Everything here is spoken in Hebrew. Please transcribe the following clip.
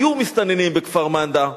היו מסתננים בכפר-מנדא,